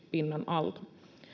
pinnan alta